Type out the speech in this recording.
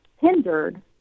hindered